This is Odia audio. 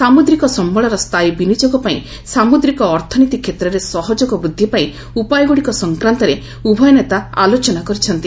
ସାମୁଦ୍ରିକ ସମ୍ପଳର ସ୍ଥାୟୀ ବିନିଯୋଗ ପାଇଁ ସାମୁଦ୍ରିକ ଅର୍ଥନୀତି କ୍ଷେତ୍ରରେ ସହଯୋଗ ବୃଦ୍ଧି ପାଇଁ ଉପାୟଗୁଡ଼ିକ ସଂକ୍ରାନ୍ତରେ ଉଭୟ ନେତା ଆଲୋଚନା କରିଛନ୍ତି